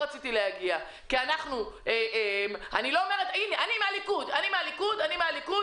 כנראה הדיון הזה נמשך ארבעה חודשים בלך ושוב,